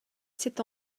cet